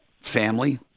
family